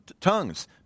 tongues